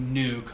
new